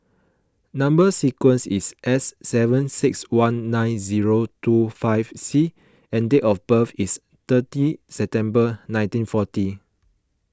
Number Sequence is S seven six one nine zero two five C and date of birth is thirty September nineteen forty